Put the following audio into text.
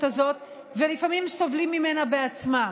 הזאת ולפעמים סובלים ממנה בעצמם.